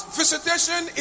visitation